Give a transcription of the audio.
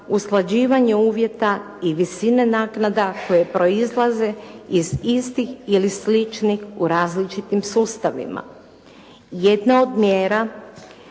usklađivanje uvjeta i visine naknada koje proizlaze iz istih ili sličnih u različitim sustavima. Jedna od mjera